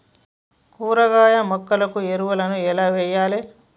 కూరగాయ మొక్కలకు ఎరువులను ఎలా వెయ్యాలే?